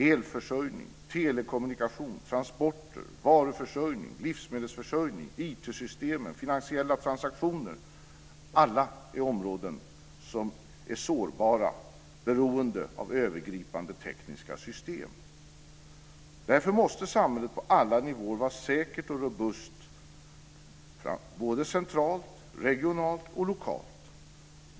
Elförsörjning, telekommunikation, transporter, varuförsörjning, livsmedelsförsörjning, IT-system, finansiella transaktioner - alla är områden som är sårbara och beroende av övergripande tekniska system. Därför måste samhället på alla nivåer vara säkert och robust både centralt, regionalt och lokalt.